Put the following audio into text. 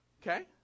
Okay